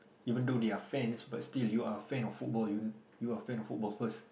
even though they are fans but still you are fan of football you you are fan of football first